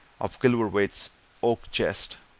of gilverthwaite's oak-chest.